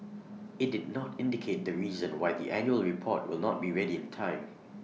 IT did not indicate the reason why the annual report will not be ready in time